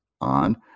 on